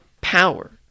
power